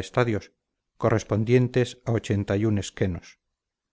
estadios correspondientes a schenos sumando pues